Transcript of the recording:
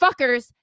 fuckers